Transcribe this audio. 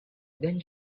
then